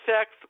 sex